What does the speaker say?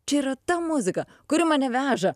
čia yra ta muzika kuri mane veža